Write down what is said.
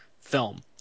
film